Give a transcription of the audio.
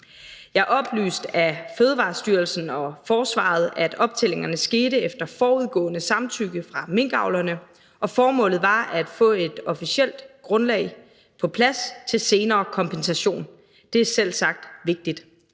7. Oplyst af Fødevarestyrelsen og forsvaret skete optællingerne efter forudgående samtykke fra minkavlerne, og formålet var at få et officielt grundlag på plads til senere kompensation. Det er selvsagt vigtigt.